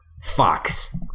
Fox